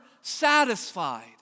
satisfied